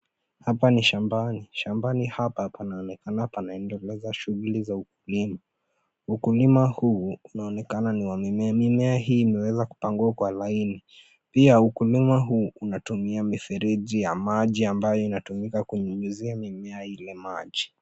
Hapa ni shambani. Shambani hapa panaonekana pana endeleza shuguli ya ukulima. Ukulima huu unaonekana ni wa mimea. Mimea hii imeweza kupangwa kwa laini. Pia ukulima huu, unatumia mifereji ya maji ambayo inatumika kunyunyizia mimea ile maji.